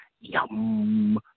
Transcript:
Yum